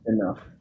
enough